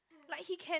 like he can